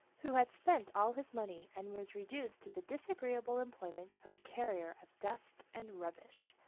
who had spent all his money and was reduced to the disagreeable employment of a carrier of dust and rubbish.